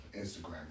Instagram